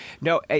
No